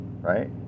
right